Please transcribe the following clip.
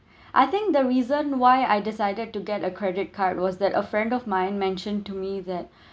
I think the reason why I decided to get a credit card was that a friend of mine mentioned to me that